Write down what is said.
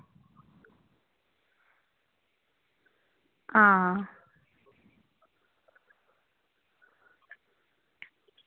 हां